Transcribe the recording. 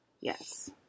Yes